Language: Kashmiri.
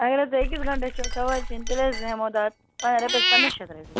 اگر حظ تۄہہِ أکِس گھنٛٹس چھو سوٲرۍ چیٚنۍ تیٚلہِ حظ ہٮ۪مو تَتھ رۄپیَس پنٛداہ شَتھ رۄپیہِ